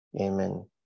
Amen